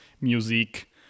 music